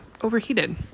overheated